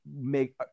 make